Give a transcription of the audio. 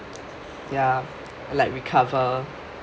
ya like recover